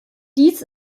dies